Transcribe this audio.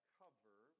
cover